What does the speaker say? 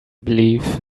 believe